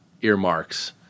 earmarks